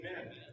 Amen